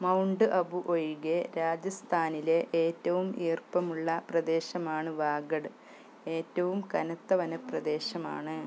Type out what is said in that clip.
mount Abu ഒഴികെ രാജസ്ഥാനിലെ ഏറ്റവും ഈർപ്പമുള്ള പ്രദേശമാണ് വാഗഡ് ഏറ്റവും കനത്ത വന പ്രദേശമാണ്